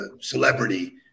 Celebrity